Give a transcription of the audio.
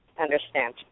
understand